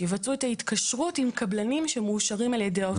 יבצעו את ההתקשרות עם קבלנים שמאושרים על ידי הוצאה לפועל.